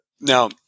Now